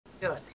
Good